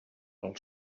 pel